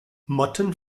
motten